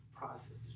process